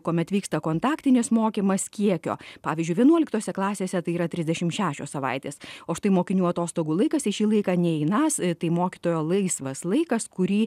kuomet vyksta kontaktinis mokymas kiekio pavyzdžiui vienuoliktose klasėse tai yra trisdešim šešios savaites o štai mokinių atostogų laikas į šį laiką neįeinąs tai mokytojo laisvas laikas kurį